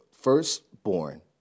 firstborn